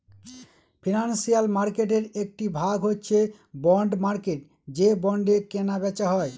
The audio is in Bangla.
ফিনান্সিয়াল মার্কেটের একটি ভাগ হচ্ছে বন্ড মার্কেট যে বন্ডে কেনা বেচা হয়